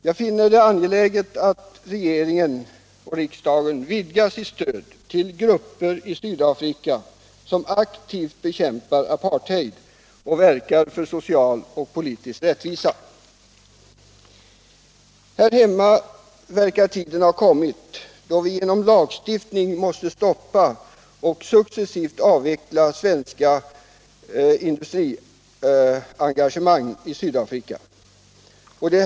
Jag finner det angeläget att regering och riksdag vidgar sitt stöd till grupper i Sydafrika som aktivt bekämpar apartheid och verkar för social och politisk rättvisa. Här hemma verkar tiden ha kommit då vi genom lagstiftning måste stoppa och successivt avveckla svenska industriengagemang i Sydafrika.